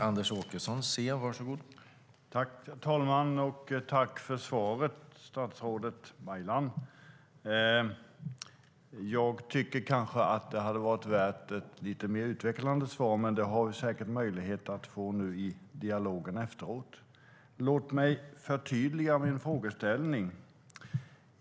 Herr talman! Jag tackar statsrådet Baylan för svaret. Jag tycker kanske att interpellationen hade varit värd ett lite mer utvecklande svar, men det har vi säkert möjlighet att få nu i dialogen efteråt. Låt mig förtydliga min frågeställning.